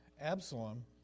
Absalom